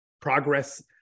Progress